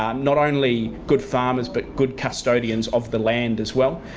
um not only, good farmers but good custodians of the land as well,